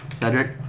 Cedric